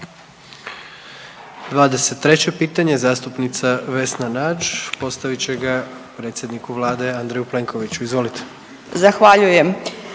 4 pitanje, zastupnik Davorko Vidović postavit će ga predsjedniku vlade Andreju Plenkoviću. Izvolite. **Vidović,